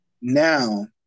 now